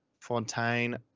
Fontaine